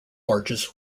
barges